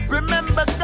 Remember